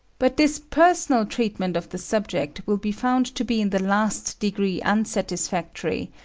but this personal treatment of the subject will be found to be in the last degree unsatisfactory,